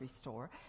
store